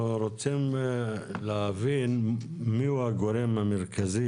אנחנו רוצים להבין מי הוא הגורם המרכזי